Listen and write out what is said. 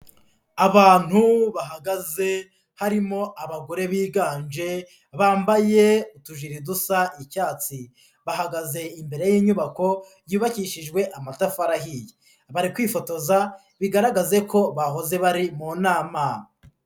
Abantu bahagaze, harimo abagore biganje bambaye utujire dusa icyatsi, bahagaze imbere y'inyubako yubakishijwe amatafari ahiye. Bari kwifotoza bigaragaze ko bahoze bari mu nama.